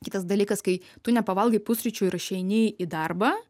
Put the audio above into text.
kitas dalykas kai tu nepavalgai pusryčių ir išeini į darbą